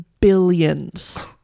billions